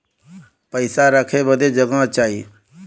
पइसा रखे बदे जगह चाही